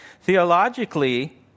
Theologically